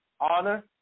honor